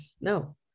No